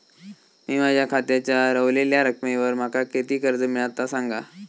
मी माझ्या खात्याच्या ऱ्हवलेल्या रकमेवर माका किती कर्ज मिळात ता सांगा?